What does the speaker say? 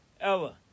Ella